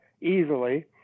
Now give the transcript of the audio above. easily